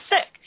sick